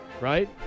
right